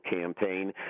campaign